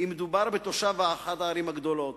אם מדובר בתושב אחת הערים הגדולות.